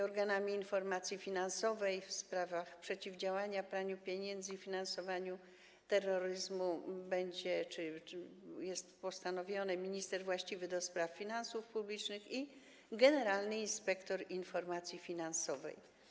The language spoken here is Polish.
Organami informacji finansowej w sprawach przeciwdziałania praniu pieniędzy i finansowaniu terroryzmu będzie, czy jest postanowione, że będzie, minister właściwy do spraw finansów publicznych i generalny inspektor informacji finansowej.